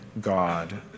God